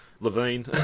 Levine